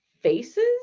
faces